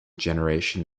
generation